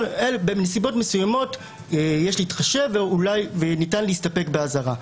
שבנסיבות מסוימות יש להתחשב וניתן להסתפק באזהרה.